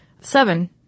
seven